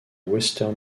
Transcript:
western